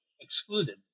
excluded